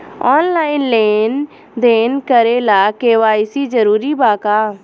Online लेन देन करे ला के.वाइ.सी जरूरी बा का?